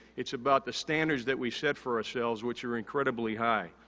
it's about the standards that we set for ourselves which are incredibly high.